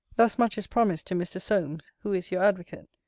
thus much is promised to mr. solmes, who is your advocate,